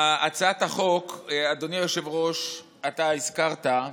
הצעת החוק, אדוני היושב-ראש, אתה הזכרת,